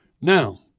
Now